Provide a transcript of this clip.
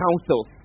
counsels